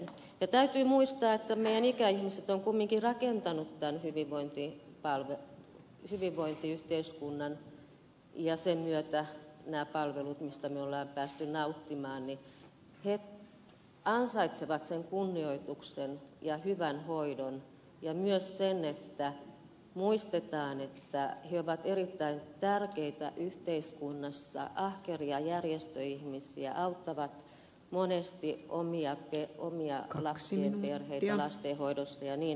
ja täytyy muistaa että kun meidän ikäihmiset ovat kumminkin rakentaneet tämän hyvinvointiyhteiskunnan ja sen myötä nämä palvelut mistä me olemme päässeet nauttimaan niin he ansaitsevat sen kunnioituksen ja hyvän hoidon ja myös sen että muistetaan että he ovat erittäin tärkeitä yhteiskunnassa ahkeria järjestöihmisiä auttavat monesti omien lasten perheitä lastenhoidossa ja niin edelleen